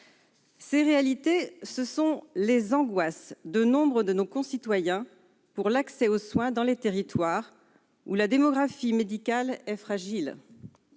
Ces réalités, ce sont les angoisses de nombre de nos concitoyens dans les territoires où la démographie médicale est fragile